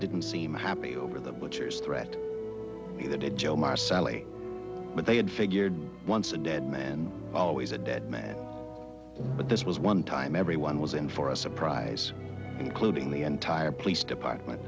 didn't seem happy over the butcher's threat neither did joe my sally but they had figured once a dead man always a dead man but this was one time everyone was in for a surprise including the entire police department